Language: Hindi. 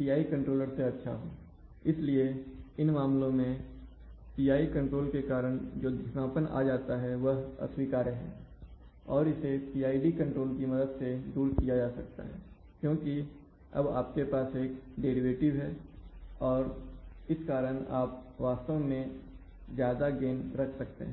PI कंट्रोलर से अच्छा हो इसलिए इन मामलों में PI कंट्रोल के कारण जो धीमापन आ जाता है वह अस्वीकार्य है और इसे PID कंट्रोल की मदद से दूर किया जा सकता है क्योंकि अब आपके पास एक डेरिवेटिव है और इस कारण आप वास्तव में ज्यादा गेन रख सकते हैं